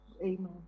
Amen